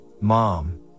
mom